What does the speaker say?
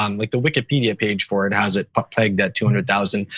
um like the wikipedia page for it has it but pegged at two hundred thousand.